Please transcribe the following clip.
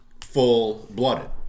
Full-blooded